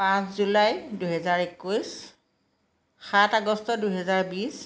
পাঁচ জুলাই দুহেজাৰ একৈছ সাত আগষ্ট দুহেজাৰ বিছ